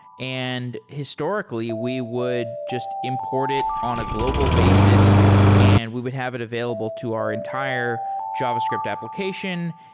and historically, we would just import it on a global basis and we would have it available to our entire javascript application.